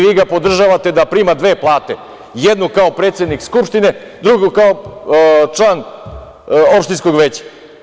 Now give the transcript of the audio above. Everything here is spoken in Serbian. Vi ga podržavate da prima dve plate, jednu kao predsednik Skupštine, a drugu kao član opštinskog veća.